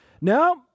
Now